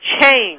change